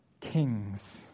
kings